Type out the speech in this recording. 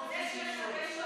הפוך, זה לא נכון.